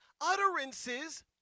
utterances